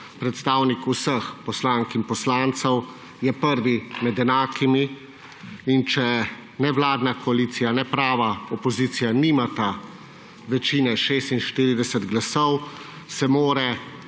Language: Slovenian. predstavnik vseh poslank in poslancev, je prvi med enakimi. Če nevladna koalicija, neprava opozicija nimata večine 46 glasov, se mora